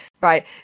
Right